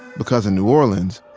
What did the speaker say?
because in new orleans,